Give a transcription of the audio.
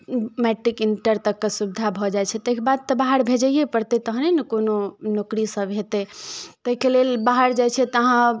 matric inter तकके सुविधा भऽ जाइ छै ताहिके बाद तऽ बाहर भेजैये परतै तहने ने कोनो नौकरी सब हेतै ताहिके लेल बाहर जाइ छै तहाँ